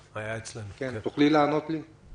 תוכלי לענות לי?